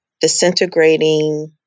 disintegrating